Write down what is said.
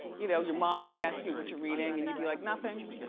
you know your mom would ask you what you're reading and you'd be like, nothing.